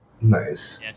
Nice